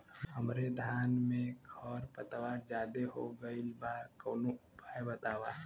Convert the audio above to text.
हमरे धान में खर पतवार ज्यादे हो गइल बा कवनो उपाय बतावा?